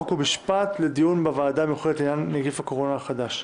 חוק ומשפט לדיון בוועדה המיוחדת לעניין נגיף הקורונה החדש.